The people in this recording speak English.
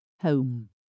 Home